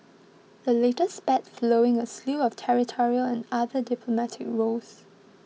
the latest spat flowing a slew of territorial and other diplomatic rows